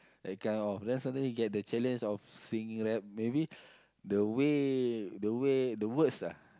that kind of then suddenly he get the challenge of singing rap maybe the way the way the words ah